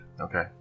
Okay